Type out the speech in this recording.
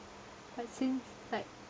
but since like